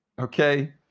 okay